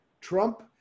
Trump